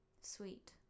Sweet